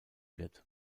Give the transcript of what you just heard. wird